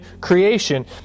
creation